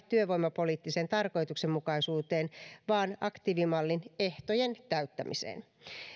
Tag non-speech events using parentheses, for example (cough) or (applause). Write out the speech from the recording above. (unintelligible) työvoimapoliittiseen tarkoituksenmukaisuuteen vaan aktiivimallin ehtojen täyttämiseen